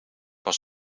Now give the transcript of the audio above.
was